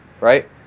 right